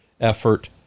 effort